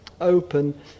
open